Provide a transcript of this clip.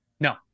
No